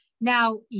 Now